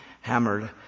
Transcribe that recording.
hammered